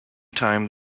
time